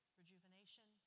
rejuvenation